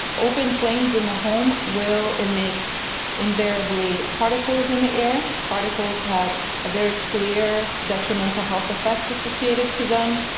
open flames in the home will emit invariably particles in the air. particles have a very clear detrimental health effect associated to them.